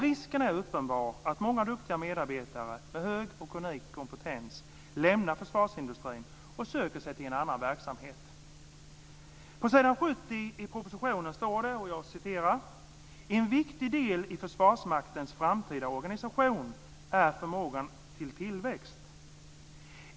Risken är uppenbar att många duktiga medarbetare med hög och unik kompetens lämnar försvarsindustrin och söker sig till en annan verksamhet. På s. 70 i propositionen står: "En viktig del i försvarsmaktens framtida organisation är förmågan till tillväxt.